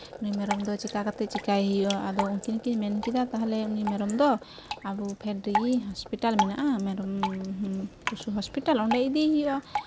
ᱱᱩᱭ ᱢᱮᱨᱚᱢ ᱫᱚ ᱪᱮᱠᱟᱹ ᱠᱟᱛᱮᱫ ᱪᱮᱠᱟᱹᱭᱮ ᱦᱩᱭᱩᱜᱼᱟ ᱟᱫᱚ ᱩᱱᱠᱤᱱ ᱠᱤᱱ ᱢᱮᱱ ᱠᱮᱫᱟ ᱛᱟᱦᱚᱞᱮ ᱱᱩᱭ ᱢᱮᱨᱚᱢ ᱫᱚ ᱟᱵᱚ ᱯᱷᱮᱰ ᱨᱮᱜᱮ ᱦᱚᱯᱤᱴᱟᱞ ᱢᱮᱱᱟᱜᱼᱟ ᱢᱮᱨᱚᱢ ᱯᱚᱥᱩ ᱦᱚᱥᱯᱤᱴᱟᱞ ᱚᱸᱰᱮ ᱤᱫᱤᱭᱮ ᱦᱩᱭᱩᱜᱼᱟ